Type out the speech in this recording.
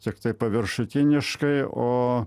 tiktai paviršutiniškai o